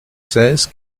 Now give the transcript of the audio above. seize